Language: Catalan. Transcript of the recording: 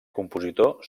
compositor